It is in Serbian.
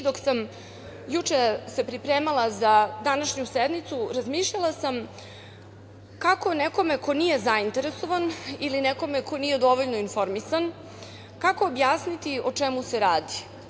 Dok sam se juče pripremala za današnju sednicu, razmišljala sam kako nekome ko nije zainteresovan ili nekome ko nije dovoljno informisan, kako objasniti o čemu se radi?